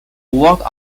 work